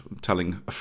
Telling